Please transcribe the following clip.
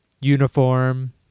uniform